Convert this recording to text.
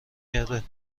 کرد